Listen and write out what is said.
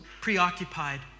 preoccupied